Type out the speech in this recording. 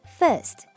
First